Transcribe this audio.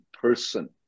person